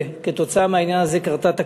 וכתוצאה מהעניין הזה קרתה תקלה,